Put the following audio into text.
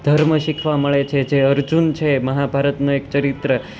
ધર્મ શીખવા મળે છે જે અર્જુન છે મહાભારતનું એક ચરિત્ર